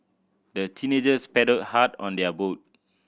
the teenagers paddled hard on their boat